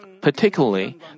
Particularly